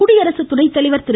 குடியரசு துணைத்தலைவர் திரு